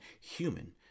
human